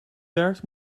werkt